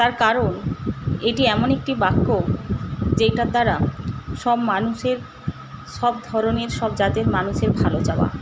তার কারণ এটি এমন একটি বাক্য যেইটার দ্বারা সব মানুষের সব ধরনের সব জাতের মানুষের ভালো চাওয়া